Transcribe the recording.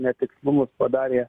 netikslumus padarė